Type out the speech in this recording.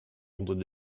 onder